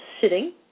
sitting